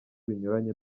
binyuranye